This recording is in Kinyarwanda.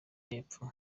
y’epfo